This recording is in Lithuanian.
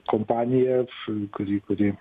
kompanija š kuri kuri